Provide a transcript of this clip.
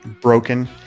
broken